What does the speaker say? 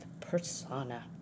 persona